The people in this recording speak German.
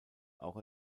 auch